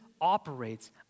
operates